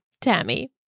Tammy